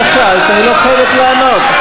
אתה שאלת, היא לא חייבת לענות.